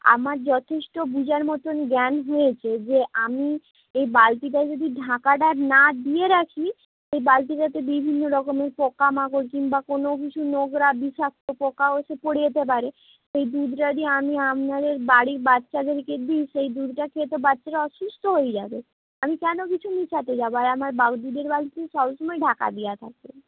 আমার যথেষ্ট বুঝার মতোন জ্ঞান হয়েছে যে আমি এই বালতিটা যদি ঢাকাটা না দিয়ে রাখি এই বালতিটাতে বিভিন্ন রকমের পোকা মাকড় কিংবা কোনো কিছু নোংরা বিষাক্ত পোকাও এসে পড়ে যেতে পারে সেই দুধ যদি আমি আপনাদের বাড়ির বাচ্চাদেরকে দিই সেই দুধটা খেয়ে তো বাচ্চারা অসুস্থ হয়ে যাবে আমি কেন কিছু মিশাতে যাবো আর আমার দুধের বালতি সবসময় ঢাকা দিয়া থাকে